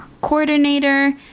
coordinator